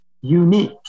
unique